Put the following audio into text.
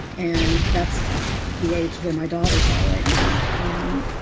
and that's the age where my daughters are right now. and